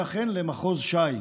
ואכן למחוז שי.